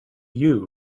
you